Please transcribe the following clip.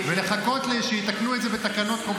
ולחכות שיתקנו את זה בתקנות.